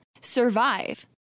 survive